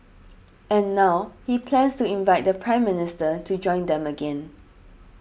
and now he plans to invite the Prime Minister to join them again